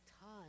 time